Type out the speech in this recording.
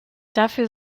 dafür